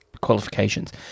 qualifications